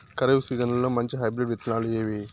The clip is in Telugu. ఖరీఫ్ సీజన్లలో మంచి హైబ్రిడ్ విత్తనాలు ఏవి